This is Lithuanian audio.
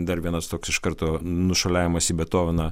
dar vienas toks iš karto nušuoliavimas į betoveną